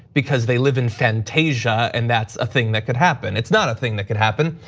because they live in fantasia, and that's a thing that could happen, it's not a thing that could happen,